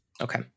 Okay